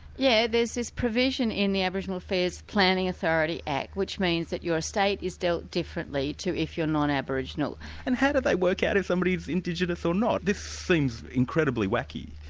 yeah this provision in the aboriginal affairs planning authority act, which means that your estate is dealt differently to if you're not aboriginal. and how do they work out if somebody's indigenous or not? this seems incredibly whacky.